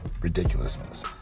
ridiculousness